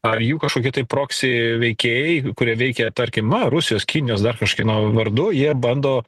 ar jų kažkokie tai proksi veikėjai kurie veikia tarkim na rusijos kinijos dar kažkieno vardu jie bando